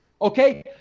Okay